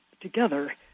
together